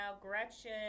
Gretchen